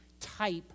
type